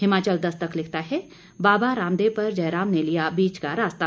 हिमाचल दस्तक लिखता है बाबा रामदेव पर जयराम ने लिया बीच का रास्ता